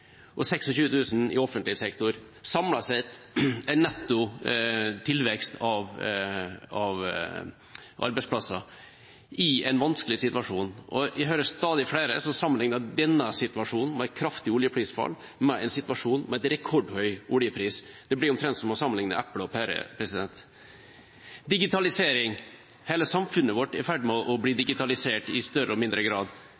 og 26 000 i offentlig sektor – samlet sett er det en netto tilvekst av arbeidsplasser i en vanskelig situasjon. Jeg hører stadig flere som sammenligner denne situasjonen med et kraftig oljeprisfall med en situasjon med en rekordhøy oljepris. Det blir omtrent som å sammenlikne epler og pærer. Digitalisering: Hele samfunnet vårt er i ferd med å bli digitalisert i større og mindre grad.